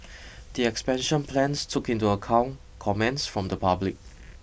the expansion plans took into account comments from the public